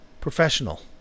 Professional